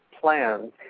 plans